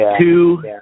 two